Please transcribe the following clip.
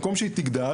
במקום שהיא תגדל,